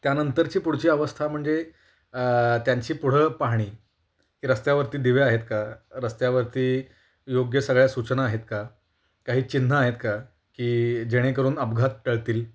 त्यानंतरची पुढची अवस्था म्हणजे त्यांची पुढं पाहाणी की रस्त्यावरती दिवे आहेत का रस्त्यावरती योग्य सगळ्या सूचना आहेत का काही चिन्हं आहेत का की जेणेकरून अपघात टळतील